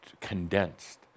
condensed